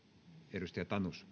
arvoisa